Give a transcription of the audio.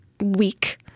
week